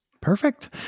perfect